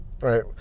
right